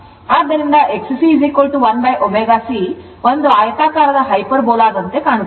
ಆದ್ದರಿಂದ XC 1ω C ಒಂದು ಆಯತಾಕಾರದ hyperbola ದಂತೆ ಕಾಣುತ್ತದೆ